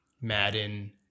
Madden